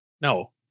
No